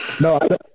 No